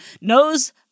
knows